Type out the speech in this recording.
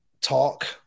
Talk